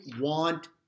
want